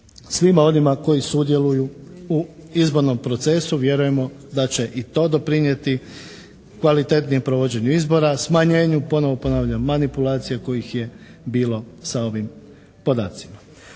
svima onima koji sudjeluju u izbornom procesu. Vjerujemo da će i to doprinijeti kvalitetnijem provođenju izbora, smanjenju, ponovno ponavljam, manipulacija kojih je bilo sa ovim podacima.